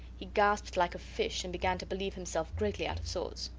he gasped like a fish, and began to believe himself greatly out of sorts.